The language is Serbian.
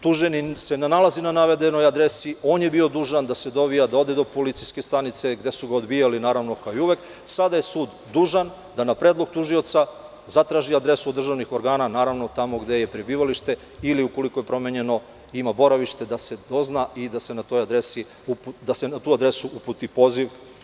tuženi se ne nalazi na navedenoj adresi, on je bio dužan da se dovija, da ode do policijske stanice gde su ga odbijali, ali sada je sud dužan da na predlog tužioca zatraži adresu od državnih organa, naravno tamo gde je prebivalište ili ukoliko je promenjeno, ima boravište da se dozna i da se na tu adresu uputi poziv.